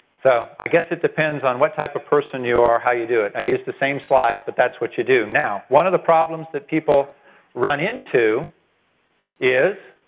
so i guess it depends on what type of person you are, how you do it. i use the same slides, but that's what you do. one of the problems that people run into is